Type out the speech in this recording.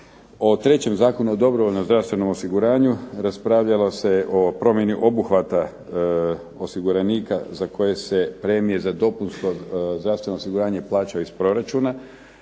O trećem Zakonu o dobrovoljnom zdravstvenom osiguranju raspravljalo se o promjeni obuhvata osiguranika za koje se premije za dopunsko zdravstveno osiguranje plaća iz proračuna,